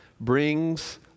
brings